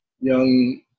young